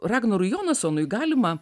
ragnarui jonasonui galima